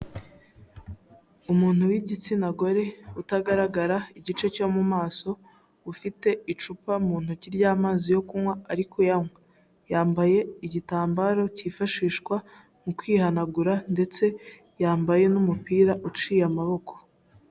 Umuntu w'igitsina gore utagaragara igice cyo mu maso ufite icupa mu ntoki ry'amazi yo kunywa ariko yanywa, yambaye igitambaro cyifashishwa mu kwihanagura ndetse yambaye n'umupira uciye amaboko.